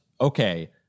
okay